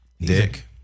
Dick